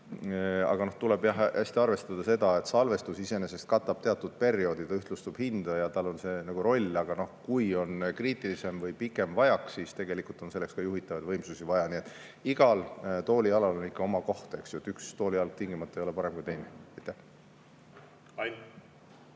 Aga tuleb jah arvestada seda, et salvestus iseenesest katab teatud perioodid, ta ühtlustab hinda ja tal on see roll, aga kui on kriitilisem või pikem vajak, siis tegelikult on selleks ka juhitavaid võimsusi vaja. Nii et igal toolijalal on ikka oma koht, eks, üks toolijalg ei ole tingimata parem kui teine.